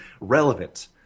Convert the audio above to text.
relevant